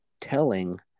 telling